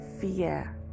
fear